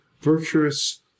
virtuous